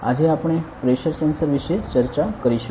આજે આપણે pressure sensor વિશે ચર્ચા કરીશું